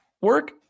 work